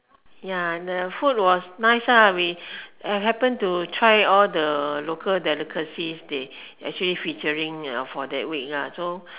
ya the food was nice lah we happen to try all the local delicacies they actually featuring for that week so